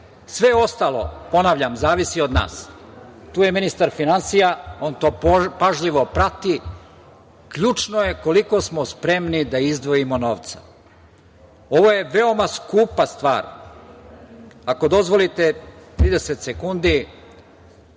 Sve ostalo, ponavljam, zavisi od nas. Tu je ministar finansija, on to pažljivo prati, ključno je koliko smo spremni da izdvojimo novca. Ovo je veoma skupa stvar. Ako dozvolite, 30 sekundi,